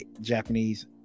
Japanese